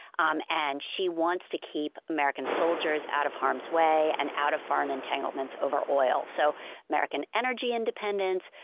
um and she wants to keep american soldiers out of harm's way and out of foreign entanglements over oil. so american energy independence,